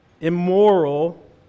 immoral